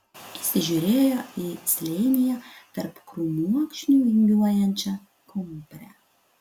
įsižiūrėjo į slėnyje tarp krūmokšnių vingiuojančią kumprę